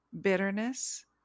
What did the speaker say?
bitterness